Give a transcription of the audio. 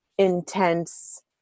intense